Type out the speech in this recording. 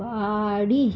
বাড়ি